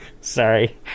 sorry